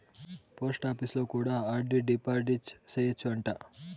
పోస్టాపీసులో కూడా RD deposit సేయచ్చు అంట